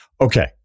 Okay